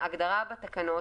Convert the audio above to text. ההגדרה בתקנות,